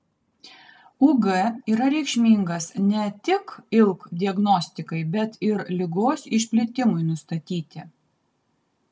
ug yra reikšmingas ne tik ilk diagnostikai bet ir ligos išplitimui nustatyti